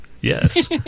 yes